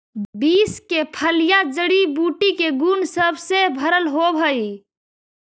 beans के फलियां जड़ी बूटी के गुण सब से भरल होब हई